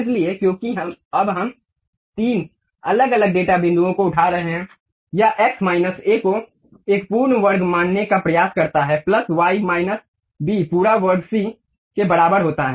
इसलिए क्योंकि अब हम तीन अलग अलग डेटा बिंदुओं को उठा रहे हैं यह x माइनस a को एक पूर्ण वर्ग मानने का प्रयास करता है प्लस y माइनस b पूरा वर्ग c वर्ग के बराबर होता है